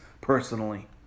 personally